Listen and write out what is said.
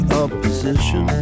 opposition